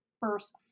first